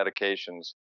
medications